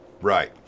Right